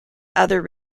other